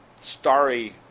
starry